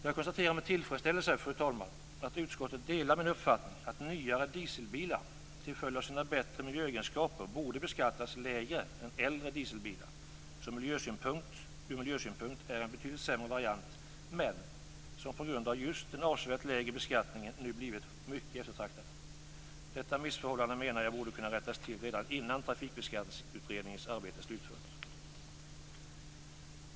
Jag konstaterar med tillfredsställelse, fru talman, att utskottet delar min uppfattning att nyare dieselbilar till följd av sina bättre miljöegenskaper borde beskattas lägre än äldre dieselbilar, som ur miljösynpunkt är en betydligt sämre variant men som på grund av just den avsevärt lägre beskattningen nu blivit mycket eftertraktade. Jag menar att detta missförhållande borde kunna rättas till redan innan Trafikbeskattningsutredningens arbete slutförts.